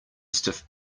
stiff